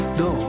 no